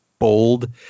bold